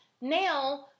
Now